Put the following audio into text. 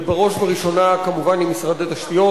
ובראש ובראשונה כמובן עם משרד התשתיות,